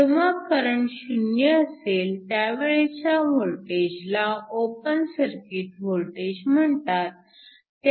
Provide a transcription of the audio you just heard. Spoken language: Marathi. जेव्हा करंट 0 असेल त्यावेळच्या वोल्टेजला ओपन सर्किट वोल्टेज म्हणतात